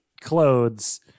clothes